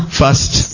first